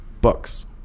books